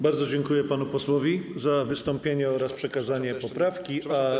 Bardzo dziękuję panu posłowi za wystąpienie oraz przekazanie poprawki.